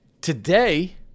Today